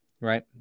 right